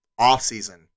offseason